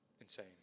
insane